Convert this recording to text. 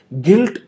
Guilt